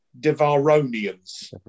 Devaronians